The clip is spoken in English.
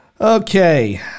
Okay